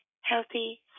Healthy